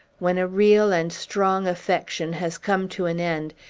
when a real and strong affection has come to an end,